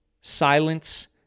silence